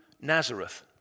Nazareth